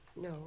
No